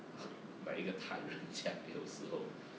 like 一个太人这样有时候